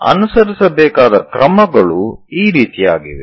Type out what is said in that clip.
ಅನುಸರಿಸಬೇಕಾದ ಕ್ರಮಗಳು ಈ ರೀತಿಯಾಗಿವೆ